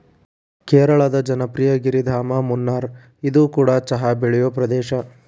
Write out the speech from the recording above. ಕೇರಳದ ಜನಪ್ರಿಯ ಗಿರಿಧಾಮ ಮುನ್ನಾರ್ಇದು ಕೂಡ ಚಹಾ ಬೆಳೆಯುವ ಪ್ರದೇಶ